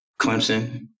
Clemson